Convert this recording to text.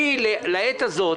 לעת הזאת,